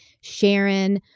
Sharon